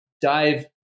dive